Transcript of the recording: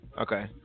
Okay